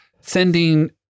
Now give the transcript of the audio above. sending-